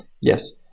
Yes